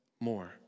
more